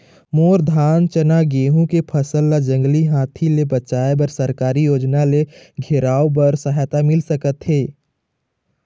मोर धान चना गेहूं के फसल ला जंगली हाथी ले बचाए बर सरकारी योजना ले घेराओ बर सहायता मिल सका थे?